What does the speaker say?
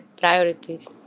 priorities